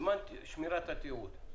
משפטית של פזגז.